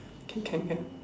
okay can can